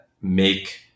make